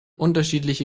unterschiedliche